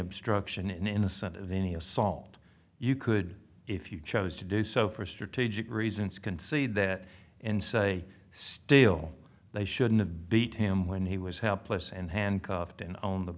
obstruction innocent of any assault you could if you chose to do so for strategic reasons can see that and say still they shouldn't have beat him when he was helpless and handcuffed and on the